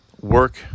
work